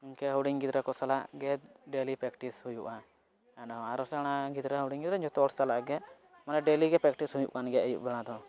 ᱤᱱᱠᱟᱹ ᱦᱩᱰᱤᱧ ᱜᱤᱫᱽᱨᱟᱹ ᱠᱚ ᱥᱟᱞᱟᱜ ᱜᱮ ᱰᱮᱞᱤ ᱯᱨᱮᱠᱴᱤᱥ ᱦᱩᱭᱩᱜᱼᱟ ᱮᱱᱦᱚᱸ ᱟᱨ ᱥᱮᱬᱟ ᱜᱤᱫᱽᱨᱟᱹ ᱦᱩᱰᱤᱝ ᱜᱤᱫᱽᱨᱟᱹ ᱡᱚᱛᱚ ᱦᱚᱲ ᱥᱟᱞᱟᱜ ᱜᱮ ᱢᱟᱱᱮ ᱰᱮᱞᱤᱜᱮ ᱯᱨᱮᱠᱴᱤᱥ ᱦᱩᱭᱩᱜ ᱠᱟᱱ ᱜᱮᱭᱟ ᱟᱭᱩᱵ ᱵᱮᱲᱟ ᱫᱚ